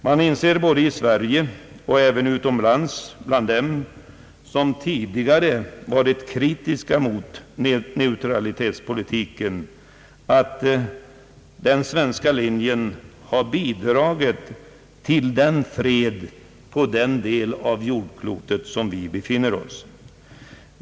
Man inser, både i Sverige och utomlands, bland dem som tidigare varit kritiska mot neutralitetspolitiken, att den svenska linjen har bidragit till freden på den del av jordklotet där vi befinner oss.